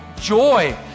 joy